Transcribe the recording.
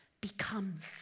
becomes